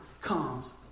comes